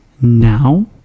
now